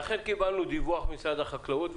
ואכן קיבלנו דיווח ממשרד החקלאות,